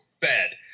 fed